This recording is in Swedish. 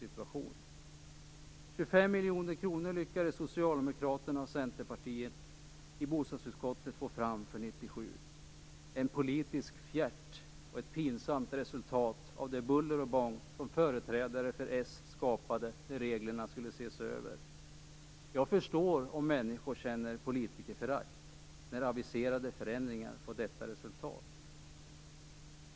25 miljoner kronor lyckades Socialdemokraterna och Centerpartiet i bostadsutskottet få fram för 1997. Det är en politisk fjärt och ett pinsamt resultat det buller och bång som företrädare för s skapade när reglerna skulle ses över. Jag förstår om människor känner politikerförakt när aviserade förändringar får detta resultat.